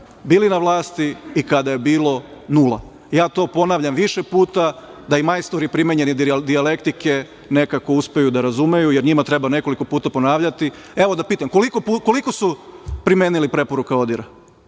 bili na vlasti i kada je bilo nula. Ja to ponavljam više puta, da i majstori primenjene dijalektike nekako uspeju da razumeju, jer njima treba nekoliko puta ponavljati. Evo, da pitam – koliko su primenili preporuka ODIHR-a?